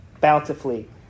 bountifully